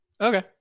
Okay